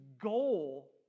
goal